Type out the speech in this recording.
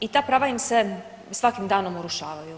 I ta prava im se svakim danom urušavaju.